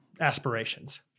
aspirations